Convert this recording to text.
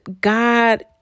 God